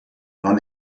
non